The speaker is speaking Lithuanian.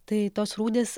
tai tos rūdys